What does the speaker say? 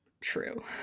true